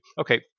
Okay